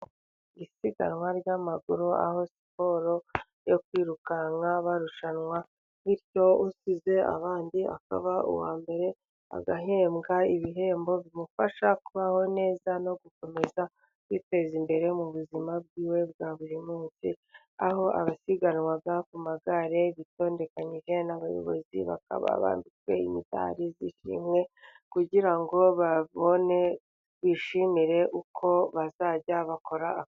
Isiganwa ry'amaguru aho siporo yo kwirukanka barushanwa, bityo usize abandi akaba uwa mbere agahembwa ibihembo bimufasha kubaho neza, no gukomeza kwiteza imbere mu buzima bwiwe bwa buri munsi, aho abasiganwa ku magare bitondekanyije n'abayobozi bakaba bafite imidari y'ishimwe, kugira ngo babone bishimire uko bazajya bakora akazi.